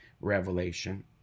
revelation